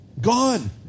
gone